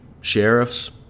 Sheriffs